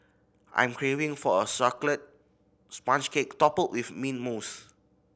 I'm craving for a chocolate sponge cake topped with mint mousse